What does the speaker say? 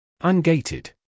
Ungated